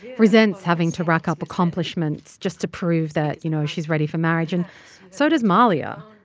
resents having to rack up accomplishments just to prove that, you know, she's ready for marriage. and so does mahlia.